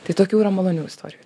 tai tokių yra malonių istorijų